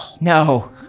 No